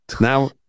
Now